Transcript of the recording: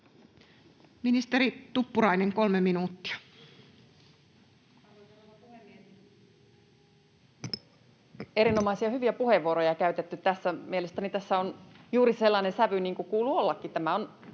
Ministeri Tuppurainen, 3 minuuttia. Arvoisa rouva puhemies! Erinomaisia, hyviä puheenvuoroja käytetty. Mielestäni tässä on juuri sellainen sävy kuin kuuluu ollakin.